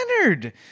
Leonard